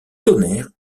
tonnerre